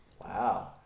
Wow